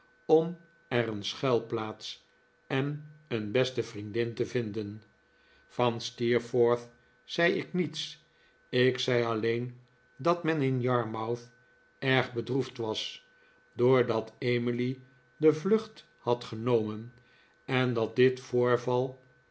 om er een schuilplaats en een beste vriendin te vinden van steerforth zei ik niets ik zei alleen dat men in yarmouth erg bedroefd was doordat emily de vlucht had genomen en dat dit voorval